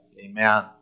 Amen